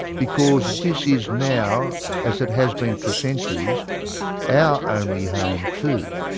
because this is now as it has been for centuries our only home too.